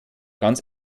ganz